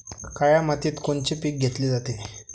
काळ्या मातीत कोनचे पिकं घेतले जाते?